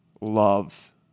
love